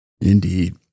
Indeed